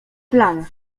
plan